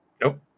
Nope